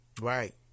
Right